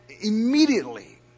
immediately